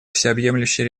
всеобъемлющей